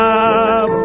up